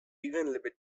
evenly